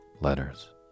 ...letters